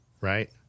right